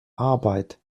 arbeit